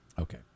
Okay